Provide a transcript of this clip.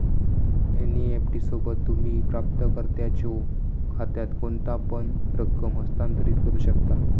NEFT सोबत, तुम्ही प्राप्तकर्त्याच्यो खात्यात कोणतापण रक्कम हस्तांतरित करू शकता